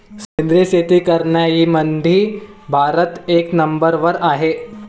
सेंद्रिय शेती करनाऱ्याईमंधी भारत एक नंबरवर हाय